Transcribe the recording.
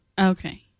Okay